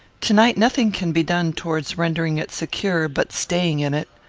to-night nothing can be done towards rendering it secure, but staying in it.